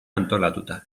antolatuta